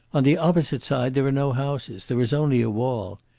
on the opposite side there are no houses there is only a wall.